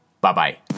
Bye-bye